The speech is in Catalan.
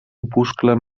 opuscle